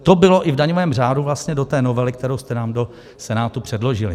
To bylo i v daňovém řádu vlastně do té novely, kterou jste nám do Senátu předložili.